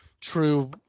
true